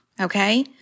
okay